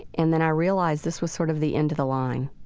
and then i realized this was sort of the end of the line